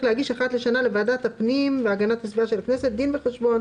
להגיש אחת לשנה לוועדת הפנים והגנת הסביבה של הכנסת דין וחשבון